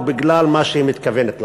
או בגלל מה שהיא מתכוונת לעשות.